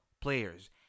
players